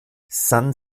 san